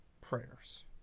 prayers